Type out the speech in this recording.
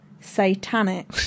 satanic